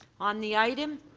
on the item,